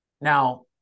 now